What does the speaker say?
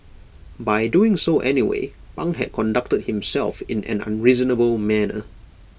by doing so anyway pang had conducted himself in an unreasonable manner